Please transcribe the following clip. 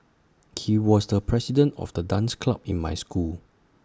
he was the president of the dance club in my school